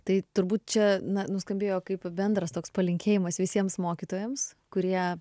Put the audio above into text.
tai turbūt čia na nuskambėjo kaip bendras toks palinkėjimas visiems mokytojams kurie